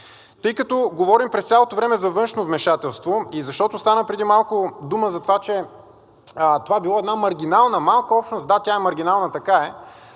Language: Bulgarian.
Тъй като говорим през цялото време за външно вмешателство и защото стана преди малко дума за това, че това било една маргинална малка общност – да, тя е маргинална, така е,